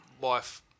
wife